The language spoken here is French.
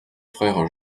frère